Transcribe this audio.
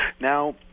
Now